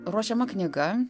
ruošiama knyga